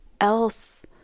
else